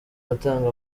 atanga